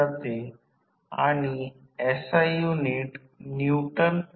जेव्हा प्राथमिक आणि दुय्यम वाइंडिंग विद्युत रूपाने जोडलेले असते